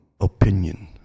opinion